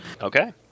Okay